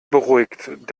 beruhigt